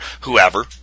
whoever